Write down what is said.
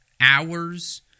hours